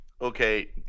okay